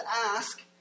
ask